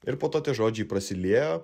ir po to tie žodžiai prasiliejo